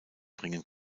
bringen